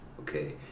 Okay